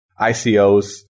ICOs